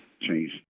change